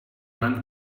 van